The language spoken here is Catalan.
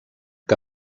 que